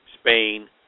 Spain